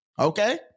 Okay